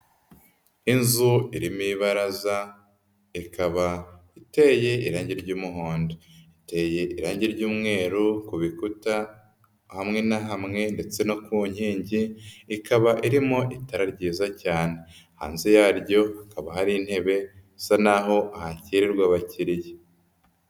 Inzu irimo ibaraza ikaba iteye irangi ry'umuhondo, iteye irangi ry'umweru ku bikuta hamwe na hamwe ndetse no ku nkingi ikaba irimo itara ryiza cyane, hanze yaryo hakaba hari intebe isa n'aho hakirirwa abakiriya.